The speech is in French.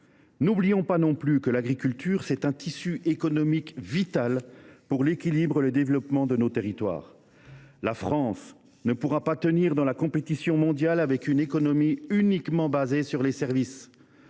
N’oublions pas non plus que l’agriculture est un tissu économique vital pour l’équilibre et le développement de nos territoires. La France ne pourra pas tenir dans la compétition mondiale avec une économie uniquement fondée sur les services